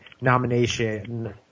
nomination